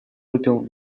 выпил